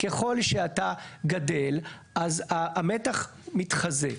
ככל שאתה גדל, אז המתח מתחזק.